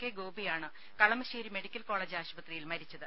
K ഗോപിയാണ് Kalamassery medical college ആശുപത്രിയിൽ മരിച്ചത്